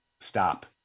stop